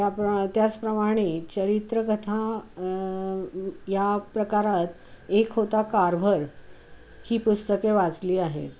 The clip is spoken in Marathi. त्याप्र त्याचप्रमाणे चरित्रकथा ह्या प्रकारात एक होता कार्व्हर ही पुस्तके वाचली आहेत